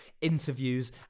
interviews